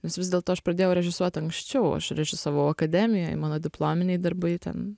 nes vis dėlto aš pradėjau režisuot anksčiau aš režisavau akademijoj mano diplominiai darbai ten